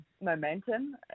momentum